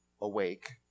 awake